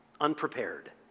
unprepared